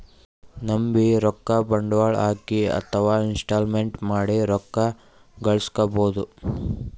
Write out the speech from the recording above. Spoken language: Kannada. ನಾವ್ಬೀ ರೊಕ್ಕ ಬಂಡ್ವಾಳ್ ಹಾಕಿ ಅಥವಾ ಇನ್ವೆಸ್ಟ್ಮೆಂಟ್ ಮಾಡಿ ರೊಕ್ಕ ಘಳಸ್ಕೊಬಹುದ್